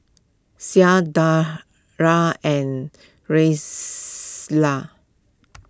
Shah Dara and